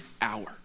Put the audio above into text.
hour